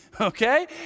Okay